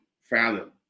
fathom